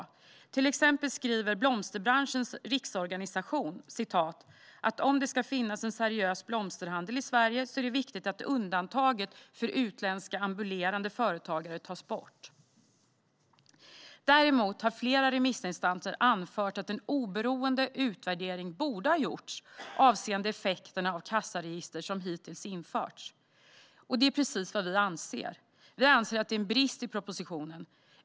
Till exempel skriver Blomsterbranschens Riksorganisation att om det ska finnas en seriös blomsterhandel i Sverige är det viktigt att undantaget för utländska ambulerande företagare tas bort. Däremot har flera remissinstanser anfört att en oberoende utvärdering borde ha gjorts avseende effekterna av kassaregister som hittills införts. Det är precis vad vi anser - det är en brist i propositionen.